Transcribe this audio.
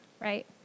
right